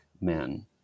men